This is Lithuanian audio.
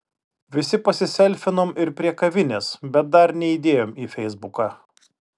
visi pasiselfinom ir prie kavinės bet dar neįdėjom į feisbuką